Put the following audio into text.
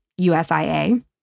USIA